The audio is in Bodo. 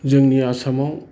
जोंनि आसामाव